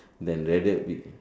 than rather we